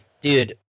dude